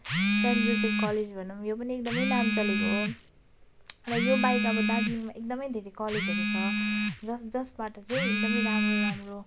saint Joseph college भनौँ यो पनि एकदम नाम चलेको हो र यो बाहेक अब दार्जिलिङमा एकदम धेरै कलेजहरू छ जस जसबाट चाहिँ एकदम राम्रो राम्रो